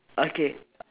okay